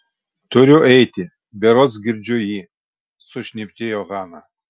turiu eiti berods girdžiu jį sušnibždėjo hana